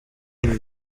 uru